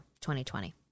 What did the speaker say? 2020